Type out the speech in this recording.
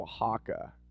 Oaxaca